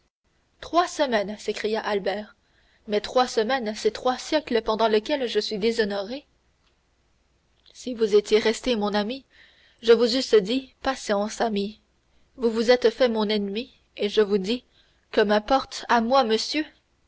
trois semaines s'écria albert mais trois semaines c'est trois siècles pendant lesquels je suis déshonoré si vous étiez resté mon ami je vous eusse dit patience ami vous vous êtes fait mon ennemi et je vous dis que m'importe à moi monsieur